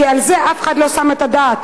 כי על כך אף אחד לא נותן את הדעת.